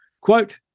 Quote